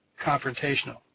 confrontational